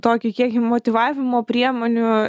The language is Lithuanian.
tokį kiekį motyvavimo priemonių